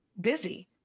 busy